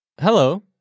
Hello